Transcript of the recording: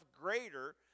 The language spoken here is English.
greater